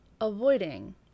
avoiding